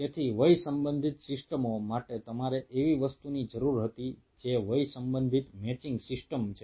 તેથી વય સંબંધિત સિસ્ટમો માટે તમારે એવી વસ્તુની જરૂર હતી જે વય સંબંધિત મેચિંગ સિસ્ટમ્સ છે